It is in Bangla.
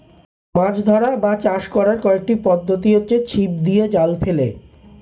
মাছ ধরা বা চাষ করার কয়েকটি পদ্ধতি হচ্ছে ছিপ দিয়ে, জাল ফেলে